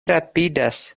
rapidas